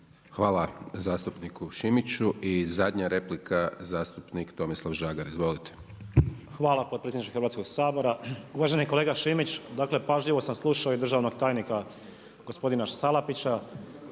Hvala zastupniku Šimiću. I zadnja replika zastupnik Tomislav Žagar. Izvolite. **Žagar, Tomislav (Nezavisni)** Hvala potpredsjedniče Hrvatskog sabora. Uvaženi kolega Šimić, dakle pažljivo sam slušao i državnog tajnika, gospodina Salapića,